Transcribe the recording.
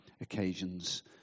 occasions